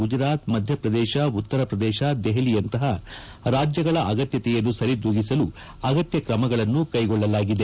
ಗುಜರಾತ್ ಮಧ್ಯಪ್ರದೇಶ ಉತ್ತರಪ್ರದೇಶ ದೆಪಲಿಯಂತಪ ರಾಜ್ಯಗಳ ಅಗತ್ಯತೆಯನ್ನು ಸರಿದೂಗಿಸಲು ಅಗತ್ಯ ಕ್ರಮಗಳನ್ನು ಕೈಗೊಳ್ಳಲಾಗಿದೆ